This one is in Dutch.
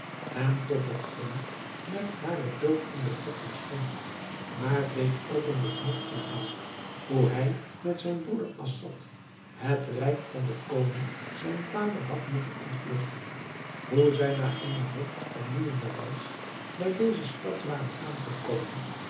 en tot hetgeen met haren dood in betrekking stond maar deed ook een beknopt verhaal hoe hij met zijn broeder assad het rijk van den koning zijn vader had moeten ontvlugten hoe zij na eene hoogst vermoeijende reis bij deze stad waren aangekomen